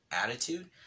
attitude